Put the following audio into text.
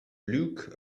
luke